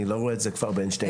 אני כבר לא רואה את זה ב- 12N,